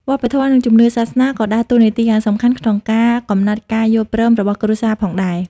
វប្បធម៌ និងជំនឿសាសនាក៏ដើរតួនាទីយ៉ាងសំខាន់ក្នុងការកំណត់ការយល់ព្រមរបស់គ្រួសារផងដែរ។